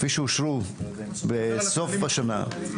כפי שאושרו בסוף השנה,